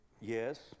Yes